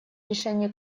решения